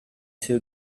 too